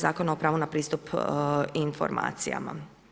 Zakona o pravu na pristup informacijama.